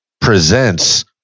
presents